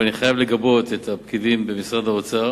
ואני חייב לגבות את הפקידים במשרד האוצר.